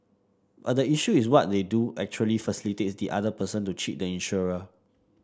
but the issue is what they do actually facilitates the other person to cheat the insurer